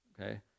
okay